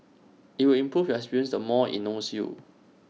IT will improve your experience the more IT knows you